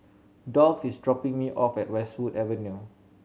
Dolph is dropping me off at Westwood Avenue